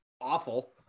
awful